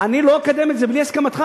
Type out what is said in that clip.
אני לא אקדם את זה בלי הסכמתך.